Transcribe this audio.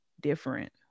different